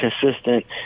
consistent